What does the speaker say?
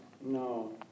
No